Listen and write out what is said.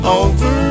over